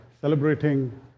celebrating